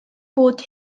bod